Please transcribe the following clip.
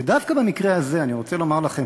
ודווקא במקרה הזה אני רוצה לומר לכם,